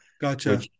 gotcha